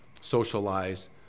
socialize